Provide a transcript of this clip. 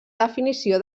definició